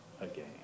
again